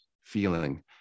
feeling